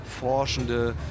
forschende